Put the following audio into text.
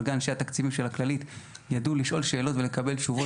אבל גם אנשי התקציבים של הכללית ידעו לשאול שאלות ולקבל תשובות.